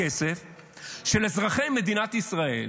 הכספים של אזרחי מדינת ישראל,